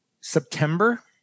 September